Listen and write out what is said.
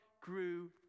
grew